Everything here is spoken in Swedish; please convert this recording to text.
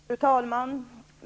Fru talman!